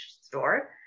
store